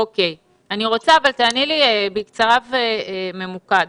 תעני לי בקצרה וממוקד.